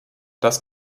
das